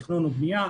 בתכנון ובנייה,